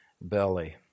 belly